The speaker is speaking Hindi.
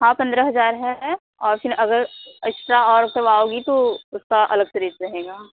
हाँ पंद्रह हज़ार है और फिर अगर एक्स्ट्रा और करवाओगी तो उसका अलग से रेट रहेगा